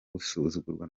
gusuzugurwa